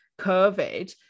COVID